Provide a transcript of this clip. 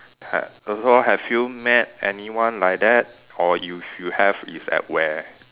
pet so have you met anyone like that or you you have is at where